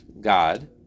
God